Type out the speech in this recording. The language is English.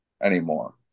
anymore